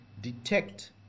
detect